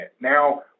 Now